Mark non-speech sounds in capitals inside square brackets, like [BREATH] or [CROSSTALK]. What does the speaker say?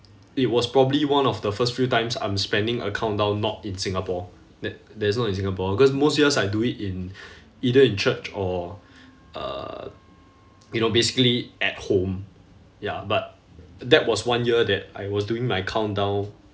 it was probably one of the first few times I'm spending a countdown not in singapore th~ that's not in singapore because most years I do it in [BREATH] either in church or [BREATH] uh you know basically at home ya but that was one year that I was doing my countdown